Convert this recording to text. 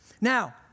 Now